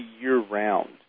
year-round